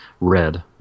red